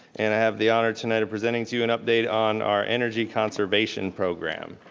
and i have the honor tonight of presenting to you an update on our energy conservation program.